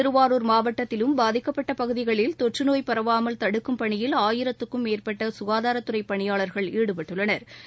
திருவாரூர் மாவட்டத்திலும் பாதிக்கப்பட்டபகுதிகளில் தொற்றுநோய் பரவவாமல் தடுக்கும் பணியில் ஆயிரத்துக்கும் மேற்பட்டசுகாதாரத்துறைபணியாளா்கள் ஈடுப்பட்டுள்ளனா்